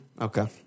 Okay